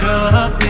up